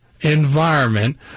Environment